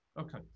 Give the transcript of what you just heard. okay